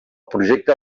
projecte